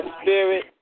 spirit